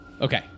Okay